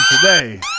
today